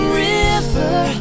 river